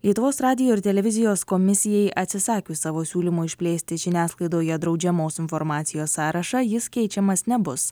lietuvos radijo ir televizijos komisijai atsisakius savo siūlymo išplėsti žiniasklaidoje draudžiamos informacijos sąrašą jis keičiamas nebus